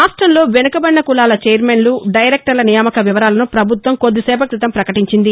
రాష్టంలో వెనుకబడిన కులాల ఛైర్మన్లు డైరెక్టర్ల నియామక వివరాలను ప్రభుత్వం కొద్ది సేపటి క్రితం ప్రకటించింది